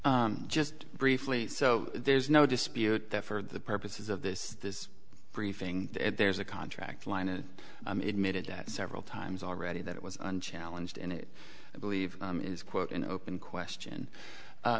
you just briefly so there's no dispute that for the purposes of this this briefing there's a contract line and admitted that several times already that it was unchallenged and it i believe is quote an open question